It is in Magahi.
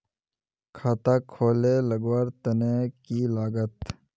खाता खोले लगवार तने की लागत?